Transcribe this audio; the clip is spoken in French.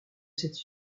cette